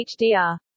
HDR